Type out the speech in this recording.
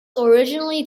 originally